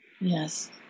Yes